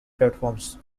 platforms